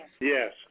Yes